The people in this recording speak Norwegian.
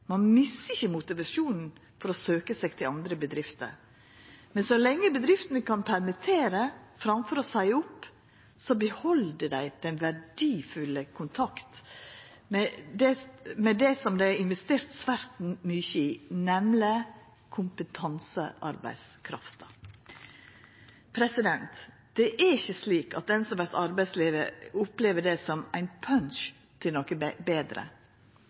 Ein mister ikkje motivasjonen for å søkja seg til andre bedrifter, men så lenge bedrifter kan permittera framfor å seia opp, beheld dei den verdifulle kontakten med det som det er investert svært mykje i, nemleg kompetansearbeidskrafta. Det er ikkje slik at den som vert arbeidsledig, opplever det som ein punch til noko betre.